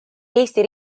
eesti